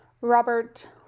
Robert